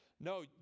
No